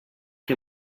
que